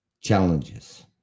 challenges